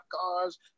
cars